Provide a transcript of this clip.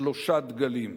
שלושה דגלים: